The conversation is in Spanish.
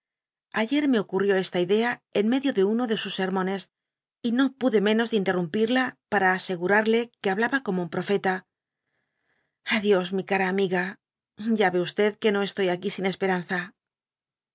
ayer me ocurrid esta idea en medio de uno de sus sermones y no pude menos de interrumpirla para asegurarle que hablaba como un profeta a dios cara amiga ya y que no estoy aquí sin esperanza